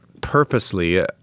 purposely